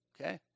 okay